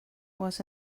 was